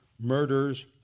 Murders